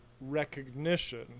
recognition